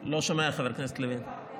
לא שומע, חבר הכנסת לוין.